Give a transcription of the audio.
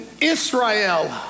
Israel